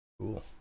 Cool